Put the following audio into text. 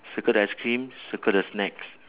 circle the ice cream circle the snacks